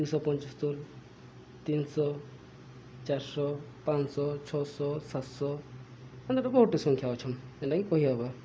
ଦୁଇଶହ ପଞ୍ଚସ୍ତରୀ ତିନିଶହ ଚାରିଶହ ପାଞ୍ଚଶହ ଛଅଶହ ସାତଶହ ଏମିତି ବୋହୁତଟି ସଂଖ୍ୟା ଅଛନ୍ ଯେନ୍ଟାକି କହି ହେବ